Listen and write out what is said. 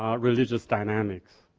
religious dynamics.